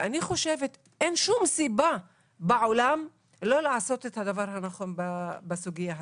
ואני חושבת שאין שום סיבה בעולם לא לעשות את הדבר הנכון בסוגיה הזו.